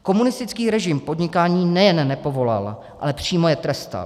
Komunistický režim podnikání nejen nepovoloval, ale přímo je trestal.